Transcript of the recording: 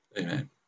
amen